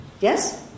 Yes